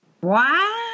Wow